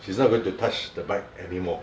she's not going to touch the bike anymore